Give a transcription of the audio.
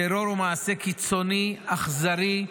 טרור הוא מעשה קיצוני, אכזרי,